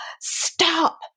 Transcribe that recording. stop